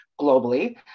globally